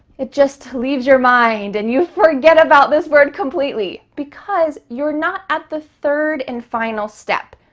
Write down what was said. it just leaves your mind and you forget about this word completely, because you're not at the third and final step,